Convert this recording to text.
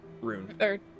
Rune